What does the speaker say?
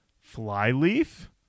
Flyleaf